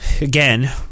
again